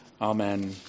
amen